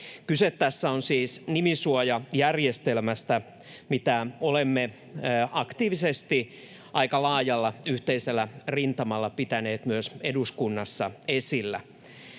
kyse nimisuojajärjestelmästä, mitä olemme aktiivisesti aika laajalla yhteisellä rintamalla pitäneet myös eduskunnassa esillä.